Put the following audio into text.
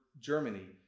Germany